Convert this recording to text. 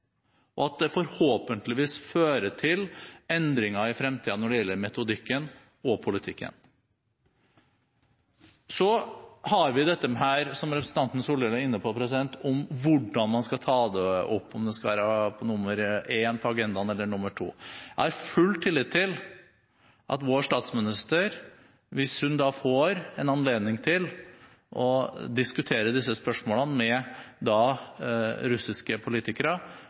og at det forhåpentligvis fører til endringer i fremtiden når det gjelder metodikken og politikken. Så har vi dette som representanten Solhjell er inne på, om hvordan man skal ta det opp – om det skal være nr. 1 på agendaen eller nr. 2. Jeg har full tillit til at vår statsminister – hvis hun får en anledning til å diskutere disse spørsmålene med russiske politikere